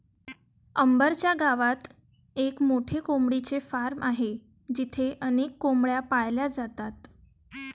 अंबर च्या गावात एक मोठे कोंबडीचे फार्म आहे जिथे अनेक कोंबड्या पाळल्या जातात